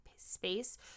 space